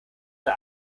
der